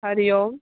हरिओम